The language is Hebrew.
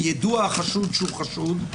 ויידוע החשוד על כך שהוא חשוד,